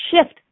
shift